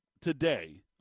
today